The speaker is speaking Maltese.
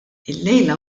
illejla